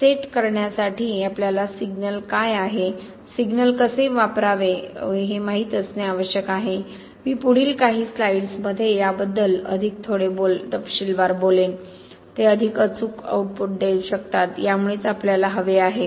set करण्यासाठी आपल्याला signal काय आहे सिग्नल कसे समायोजित करावे हे माहित असणे आवश्यक आहे मी पुढील काही स्लाइड्समध्ये याबद्दल थोडे अधिक तपशीलवार बोलेन ते अधिक अचूक आउटपुट देऊ शकतात यामुळेच आपल्याला हवे आहे